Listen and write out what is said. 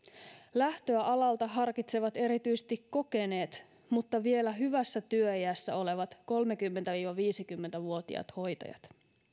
lähtöä alalta harkitsevat erityisesti kokeneet mutta vielä hyvässä työiässä olevat kolmekymmentä viiva viisikymmentä vuotiaat hoitajat